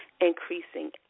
increasing